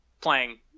playing